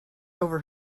over